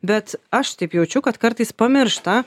bet aš taip jaučiu kad kartais pamiršta